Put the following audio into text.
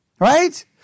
Right